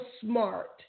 SMART